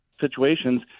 situations